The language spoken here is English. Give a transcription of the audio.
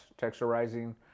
texturizing